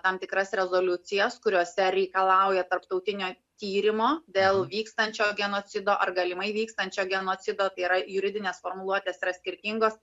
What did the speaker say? tam tikras rezoliucijas kuriose reikalauja tarptautinio tyrimo dėl vykstančio genocido ar galimai vykstančio genocido tai yra juridinės formuluotės yra skirtingos